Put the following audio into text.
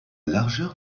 largeur